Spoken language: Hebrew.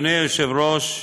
אדוני היושב-ראש,